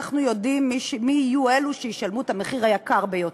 אנחנו יודעים מי יהיו אלו שישלמו את המחיר היקר ביותר.